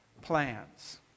plans